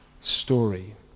story